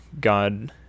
God